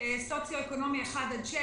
סוציו אקונומי 1 עד 6,